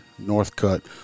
Northcutt